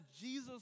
Jesus